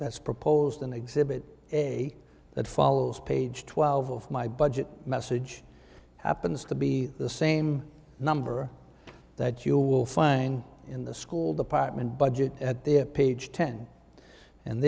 that's proposed in exhibit a that follows page twelve of my budget message happens to be the same number that you will find in the school department budget at their page ten and